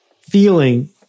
feeling